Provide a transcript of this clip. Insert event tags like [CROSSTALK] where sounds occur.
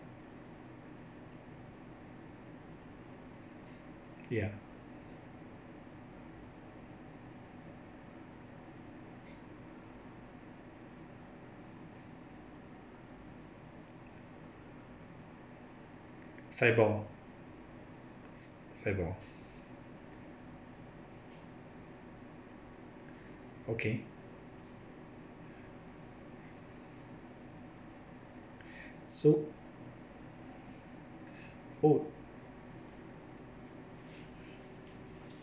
ya SIBOR SIBOR okay [BREATH] so oh